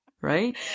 Right